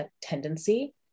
tendency